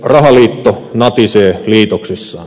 rahaliitto natisee liitoksissaan